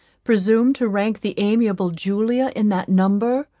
presume to rank the amiable julia in that number?